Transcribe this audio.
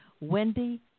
Wendy